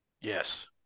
yes